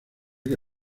que